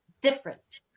different